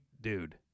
dude